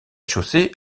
chaussée